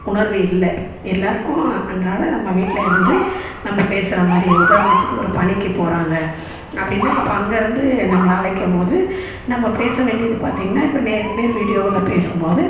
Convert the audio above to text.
உணர்வு இல்லை எல்லாேருக்கும் அன்றாடம் நம்ம வீட்டில் இருந்து நம்ம பேசுகிற மாதிரி உதாரணத்துக்கு ஒரு பணிக்கு போகிறாங்க அப்படின்னா இப்போ அங்கே இருந்து நம்மளை அழைக்கம் போது நம்ம பேசவேண்டியது பார்த்தீங்கனா இப்போ நேருக்கு நேர் விடியோவில் பேசும் போது